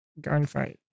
gunfight